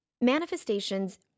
Manifestations